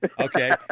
Okay